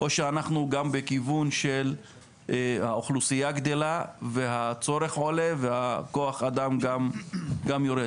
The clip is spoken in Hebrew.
או שאנחנו בכיוון שהאוכלוסייה גדלה והצורך עולה וכוח האדם גם יורד?